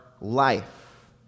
life